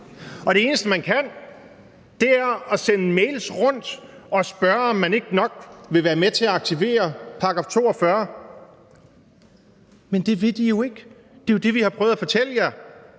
det eneste, man kan, er at sende mails rundt og spørge, om ikke nok man vil være med til at aktivere § 42. Men det vil de jo ikke. Det er jo det, vi har prøvet at fortælle jer,